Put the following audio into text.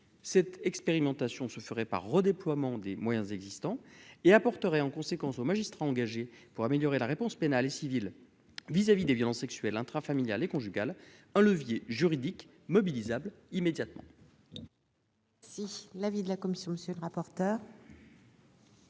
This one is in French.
cette expérimentation se feraient par redéploiement des moyens existants et apporterait en conséquence aux magistrats engagés pour améliorer la réponse pénale et civile vis-à-vis des violences sexuelles intrafamiliales et conjugales un levier juridique mobilisables immédiatement. Si l'avis de la commission, monsieur le rapporteur.